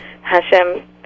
Hashem